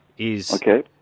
Okay